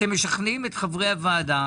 אתם משכנעים את חברי הוועדה.